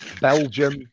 Belgium